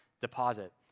deposit